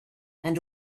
and